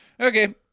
Okay